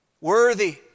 worthy